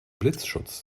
blitzschutz